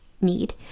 need